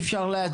אפשר להצביע?